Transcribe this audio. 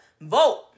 vote